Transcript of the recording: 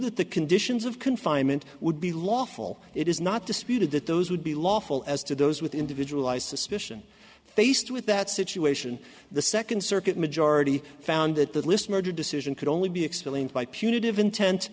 that the conditions of confinement would be lawful it is not disputed that those would be lawful as to those with individual eyes suspicion faced with that situation the second circuit majority found that that list murder decision could only be